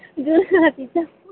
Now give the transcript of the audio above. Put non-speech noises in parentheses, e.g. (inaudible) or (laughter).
(unintelligible)